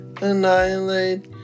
annihilate